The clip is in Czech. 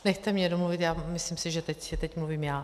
Nechce mě domluvit, myslím si, že teď mluvím já.